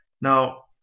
now